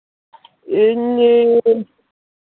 ᱤᱧ